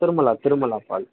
Tirumala Tirumala பால்